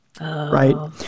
Right